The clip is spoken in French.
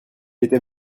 était